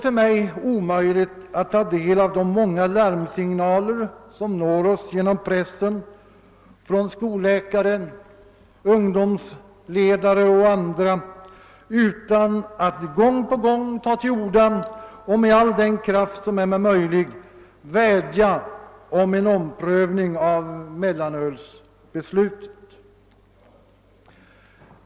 För min del kan jag inte ta del av de många larmsignaler som når oss genom pressen från skolläkare, ungdomsledare och andra, utan att gång på gång ta till orda och med all den kraft som är mig möjlig vädja om en omprövning av mellanölsbeslutet.